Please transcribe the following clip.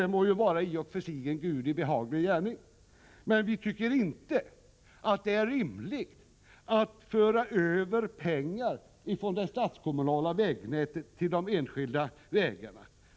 Det må i och för sig vara en Gudi behaglig gärning. Men vi tycker inte att det är rimligt att föra över pengar från det statskommunala vägnätet till de enskilda vägarna.